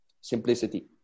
simplicity